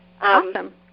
Awesome